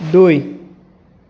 দুই